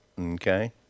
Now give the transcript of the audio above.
okay